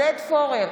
עודד פורר,